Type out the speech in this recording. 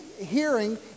hearing